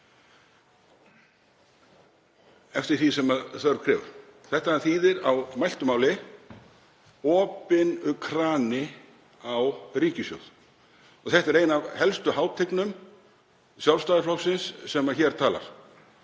eftir því sem þörf krefur. Þetta þýðir á mæltu máli opinn krani á ríkissjóð. Þetta er ein af helstu hátignum Sjálfstæðisflokksins sem hér talar.